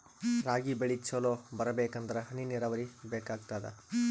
ರಾಗಿ ಬೆಳಿ ಚಲೋ ಬರಬೇಕಂದರ ಹನಿ ನೀರಾವರಿ ಬೇಕಾಗತದ?